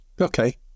Okay